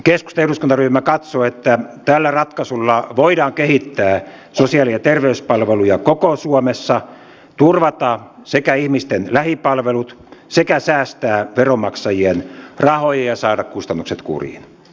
keskustan eduskuntaryhmä katsoo että tällä ratkaisulla voidaan kehittää sosiaali ja terveyspalveluja koko suomessa sekä turvata ihmisten lähipalvelut että säästää veronmaksajien rahoja ja saada kustannukset kuriin